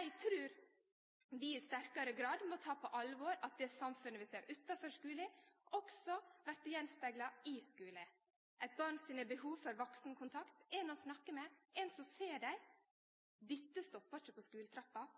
Eg trur vi i sterkare grad må ta på alvor at det samfunnet vi ser utanfor skulen, også vert gjenspegla i skulen. Eit barn sine behov for vaksenkontakt, ein å snakke med, ein som ser deg – dette stoppar ikkje på skuletrappa.